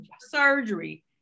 surgery